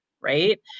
right